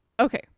Okay